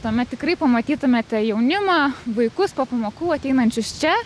tuomet tikrai pamatytumėte jaunimą vaikus po pamokų ateinančius čia